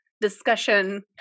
discussion